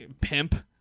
pimp